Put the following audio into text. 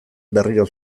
berriro